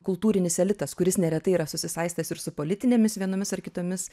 kultūrinis elitas kuris neretai yra susisaistęs ir su politinėmis vienomis ar kitomis